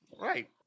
Right